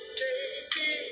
baby